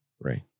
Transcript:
Right